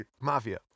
mafia